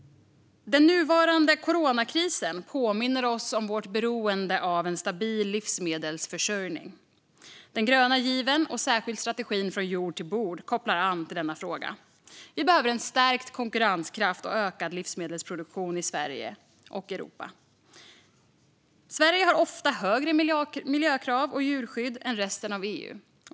Den nuvarande coronakrisen påminner oss om vårt beroende av en stabil livsmedelsförsörjning. Den gröna given och särskilt strategin från jord till bord kopplar an till denna fråga. Vi behöver en stärkt konkurrenskraft och ökad livsmedelsproduktion i Sverige och Europa. Sverige har ofta högre miljökrav och starkare djurskydd än resten av EU.